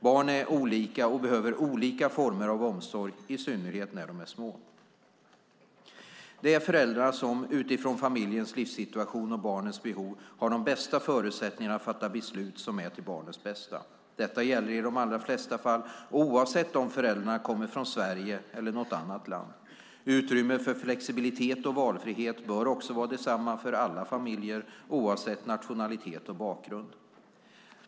Barn är olika och behöver olika former av omsorg, i synnerhet när de är små. Det är föräldrarna som, utifrån familjens livssituation och barnets behov, har de bästa förutsättningarna att fatta beslut som är till barnets bästa. Detta gäller i de allra flesta fall och oavsett om föräldrarna kommer från Sverige eller något annat land. Utrymmet för flexibilitet och valfrihet bör också vara detsamma för alla familjer, oavsett nationalitet och bakgrund.